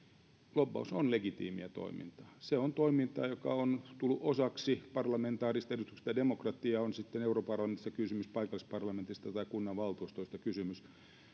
lobbaus on legitiimiä toimintaa se on toimintaa joka on tullut osaksi parlamentaarista edustuksellista demokratiaa on sitten europarlamentista paikallisparlamentista tai kunnanvaltuustoista kysymys